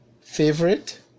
favorite